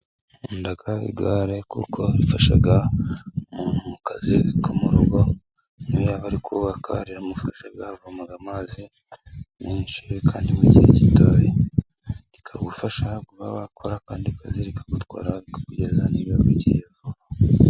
Nkunda igare kuko rirafasha mu kazi ko mu rugo, N'iyo waba uri kubaka riramufasha, avoma amazi menshi, kandi mu gihe gitoya. Rikagufasha kuba wakora akandi kazi, rikagutwara, rikakugeza iyo ugiye vuba.